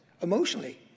emotionally